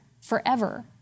forever